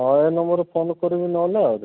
ହଉ ଏ ନମ୍ବରରେ ଫୋନ କରିବି ନହେଲେ ଆହୁରି